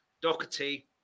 doherty